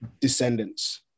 descendants